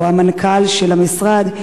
או המנכ"ל של המשרד,